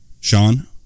Sean